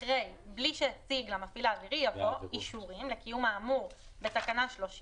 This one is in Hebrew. אחרי "בלי שהציג למפעיל האווירי" יבוא "אישורים לקיום האמור בתקנה 30